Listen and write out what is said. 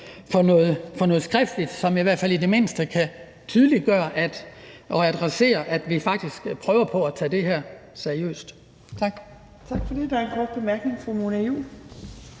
for noget skriftligt, som i hvert fald i det mindste kan tydeliggøre og adressere, at vi faktisk prøver på at tage det her seriøst.